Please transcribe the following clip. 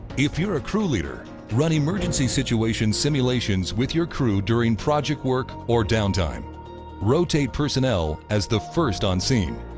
if you're a crew leader, run emergency situation simulations with your crew during project work or downtime rotate personnel as the first on-scene.